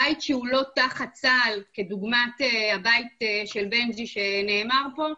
בית שהוא לא תחת צה"ל כדוגמת הבית של בנג'י שנאמר פה,